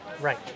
right